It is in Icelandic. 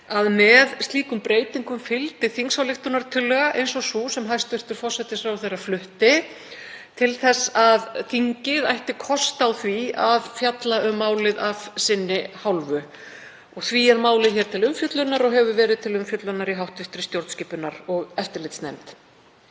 að með slíkum breytingum fylgdi þingsályktunartillaga eins og sú sem hæstv. forsætisráðherra flutti, til þess að þingið ætti kost á því að fjalla um málið af sinni hálfu. Því er málið hér til umfjöllunar og hefur verið til umfjöllunar í hv. stjórnskipunar- og eftirlitsnefnd.